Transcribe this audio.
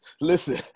Listen